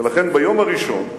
ולכן ביום הראשון,